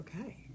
okay